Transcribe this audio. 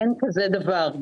אין כזה דבר.